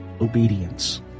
Obedience